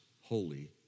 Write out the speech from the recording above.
holy